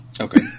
okay